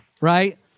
right